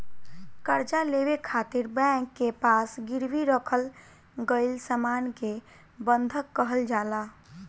कर्जा लेवे खातिर बैंक के पास गिरवी रखल गईल सामान के बंधक कहल जाला